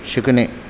शिकणे